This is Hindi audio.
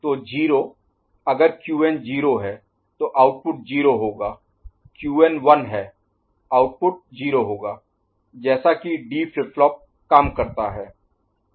तो 0 अगर Qn 0 है तो आउटपुट 0 होगा Qn 1 है आउटपुट 0 होगा जैसा कि D फ्लिप फ्लॉप काम करता है